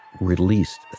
released